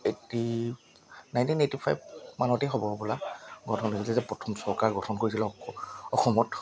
eighty nineteen eighty five মানতেই হ'ব হ'বলা গঠন কৰিছিলে যে প্ৰথম চৰকাৰ গঠন কৰিছিলে অসমত